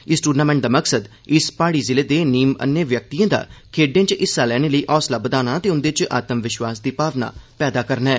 इस दूनमिंट दा मकसद इस पहाड़ी जिले दे नीम अन्ने व्यक्तिएं दा खेड्डें च हिस्सा लैने लेई हौँसला बघाना ते उंदे च आत्म विश्वास दी भावना पैदा करना ऐ